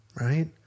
right